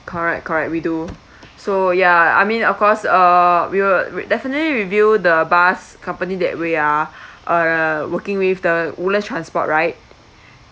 correct correct we do so ya I mean of course uh we will re~ definitely review the bus company that we are err working with the woodlands transport right